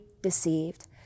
deceived